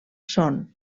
són